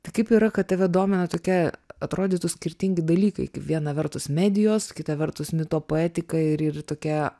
tai kaip yra kad tave domina tokia atrodytų skirtingi dalykai kaip viena vertus medijos kita vertus mito poetika ir ir tokie